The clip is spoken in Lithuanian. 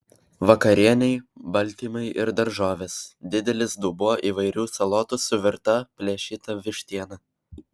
vakarienei baltymai ir daržovės didelis dubuo įvairių salotų su virta plėšyta vištiena